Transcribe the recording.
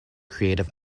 creative